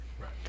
Right